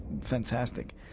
fantastic